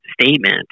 statement